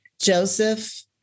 Joseph